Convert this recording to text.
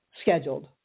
scheduled